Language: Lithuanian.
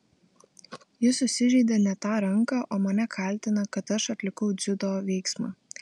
jis susižeidė ne tą ranką o mane kaltina kad aš atlikau dziudo veiksmą